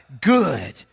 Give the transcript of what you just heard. Good